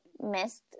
missed